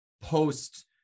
post